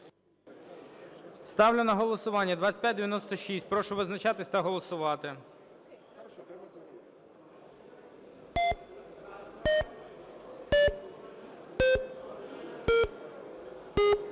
Ставлю на голосування 2636. Прошу визначатися та голосувати.